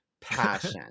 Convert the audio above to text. passion